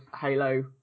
Halo